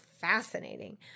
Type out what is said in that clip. fascinating